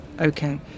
okay